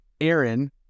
Aaron